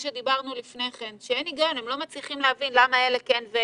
בעלי עסקים ואנשי מקצוע לא מצליחים להבין מה אומרים המתווים.